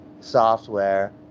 software